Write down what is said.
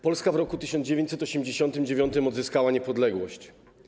Polska w roku 1989 odzyskała niepodległość.